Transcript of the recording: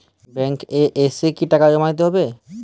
Bank এ এসে টাকা জমা দিতে হবে?